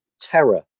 terror